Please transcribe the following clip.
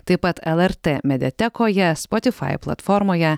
taip pat lrt mediatekoje spotifai platformoje